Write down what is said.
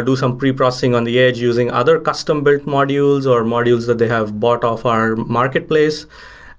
do some pre-processing on the edge using other custom-built modules, or modules that they have bought off our marketplace